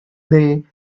day